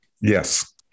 Yes